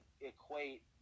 equate